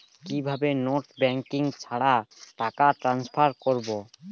কিভাবে net banking ছাড়া টাকা টান্সফার করব?